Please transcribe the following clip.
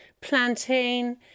plantain